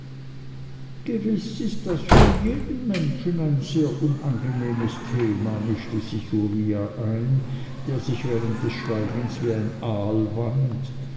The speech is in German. gewiß ist das für jeden menschen ein sehr unangenehmes thema mischte sich uriah ein der sich während des schweigens wie ein aal wand